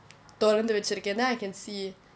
துறந்து வைச்சிருக்கேன்:thuranthu vaichiruken then I can see